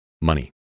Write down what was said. money